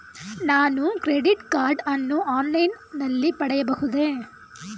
ನಾನು credit card ಅನ್ನು online ನಲ್ಲಿ ಪಡೆಯಬಹುದೇ?